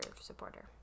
supporter